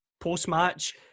post-match